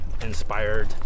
inspired